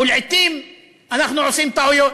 ולעתים אנחנו עושים טעויות,